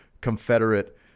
Confederate